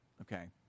Okay